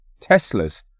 Teslas